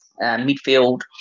midfield